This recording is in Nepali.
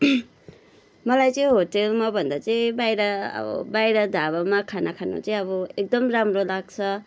मलाई चाहिँ होटेलमाभन्दा चाहिँ बाहिर अब बाहिर ढाबामा खाना खानु चाहिँ अब एकदम राम्रो लाग्छ